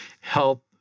help